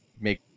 make